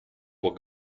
will